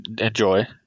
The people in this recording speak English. enjoy